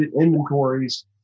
inventories